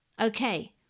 Okay